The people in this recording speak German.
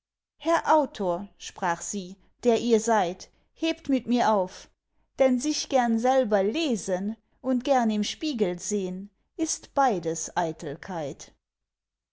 herr autor sprach sie der ihr seid hebt mit mir auf denn sich gern selber lesen und gern im spiegel sehn ist beides eitelkeit